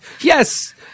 yes